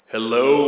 Hello